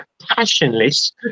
passionless